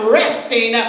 resting